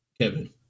Kevin